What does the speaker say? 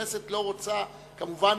הכנסת לא רוצה, כמובן,